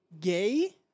gay